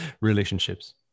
Relationships